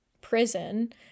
prison